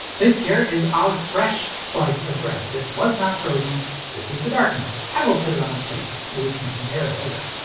this here is our fresh slice of bread. this was not frozen this is the darkness. i will put it on a plate so we can compare later.